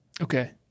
Okay